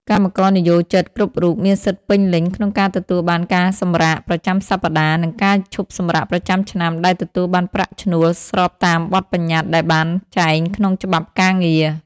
កម្មករនិយោជិតគ្រប់រូបមានសិទ្ធិពេញលេញក្នុងការទទួលបានការសម្រាកប្រចាំសប្តាហ៍ និងការឈប់សម្រាកប្រចាំឆ្នាំដែលទទួលបានប្រាក់ឈ្នួល ស្របតាមបទប្បញ្ញត្តិដែលបានចែងក្នុងច្បាប់ការងារ។